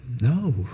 No